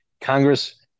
Congress